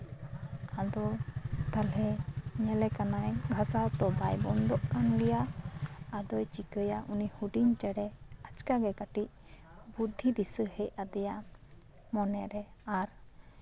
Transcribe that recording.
ᱟᱫᱚ ᱛᱟᱦᱚᱞᱮ ᱧᱮᱞᱮ ᱠᱟᱱᱟᱭ ᱜᱷᱟᱥᱟᱣ ᱛᱚ ᱵᱟᱭ ᱵᱚᱱᱫᱚᱜ ᱠᱟᱱᱟ ᱟᱫᱚᱭ ᱪᱤᱠᱤᱭᱟᱹ ᱩᱱᱤ ᱦᱩᱰᱤᱧ ᱪᱮᱬᱮ ᱟᱪᱠᱟ ᱜᱮ ᱠᱟᱹᱴᱤᱡ ᱵᱩᱫᱷᱤ ᱫᱤᱥᱟᱹ ᱦᱮᱡ ᱟᱫᱮᱭᱟ ᱢᱚᱱᱮᱨᱮ ᱟᱨ